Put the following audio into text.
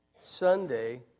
Sunday